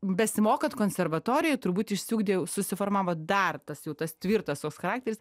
besimokant konservatorijoj turbūt išsiugdė susiformavo dar tas jau tas tvirtas toks charakteris